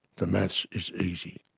the maths is easy.